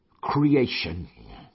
creation